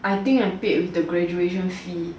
I think I paid with the graduation fee